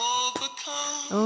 overcome